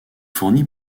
fourni